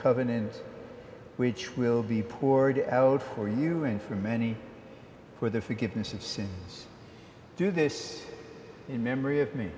covenant which will be poured out for you and for many for the forgiveness of sin do this in memory of me